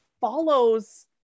follows